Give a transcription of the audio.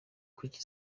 kuki